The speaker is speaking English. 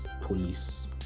police